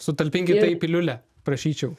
sutalpinkit tai į piliulę prašyčiau